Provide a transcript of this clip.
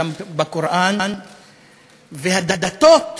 גם בקוראן, והדתות,